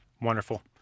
Wonderful